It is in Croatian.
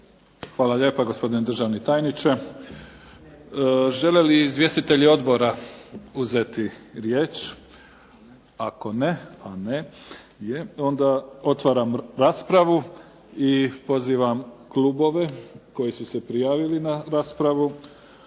Hvala lijepa gospodine državni tajniče. Žele li izvjestitelji odbora uzeti riječ? Ne. Otvaram raspravu. Pozivam klubove koji su se prijavili na raspravu